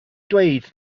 dweud